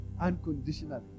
unconditionally